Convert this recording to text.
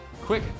quick